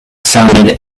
sounded